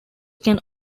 can